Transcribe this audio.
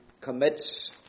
commits